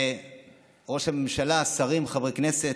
וראש הממשלה, שרים, חברי כנסת.